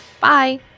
Bye